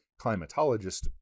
climatologist